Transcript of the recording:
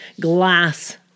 glass